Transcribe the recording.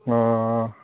अह